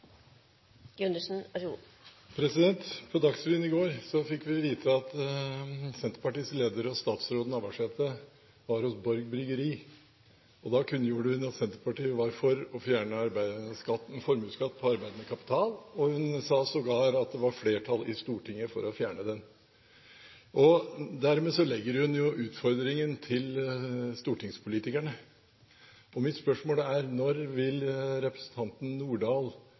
På Dagsrevyen i går fikk vi vite at Senterpartiets leder, statsråd Navarsete, var hos Aass Bryggeri. Da kunngjorde hun at Senterpartiet var for å fjerne formuesskatt på arbeidende kapital. Hun sa sågar at det var flertall i Stortinget for å fjerne den. Dermed gir hun jo utfordringen til stortingspolitikerne. Mitt spørsmål er: Når vil representanten